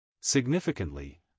Significantly